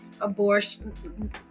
abortion